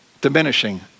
diminishing